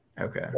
Okay